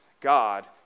God